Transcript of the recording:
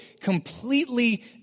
completely